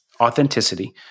authenticity